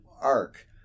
arc